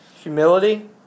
Humility